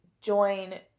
join